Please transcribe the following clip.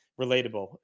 relatable